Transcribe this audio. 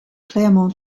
clermont